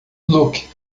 luke